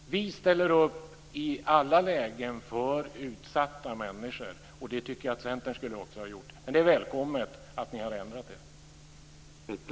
Vi ställer upp i alla lägen för utsatta människor och det tycker jag att Centern också skulle ha gjort. Men det är välkommet att ni har ändrat er.